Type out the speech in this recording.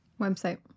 website